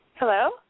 Hello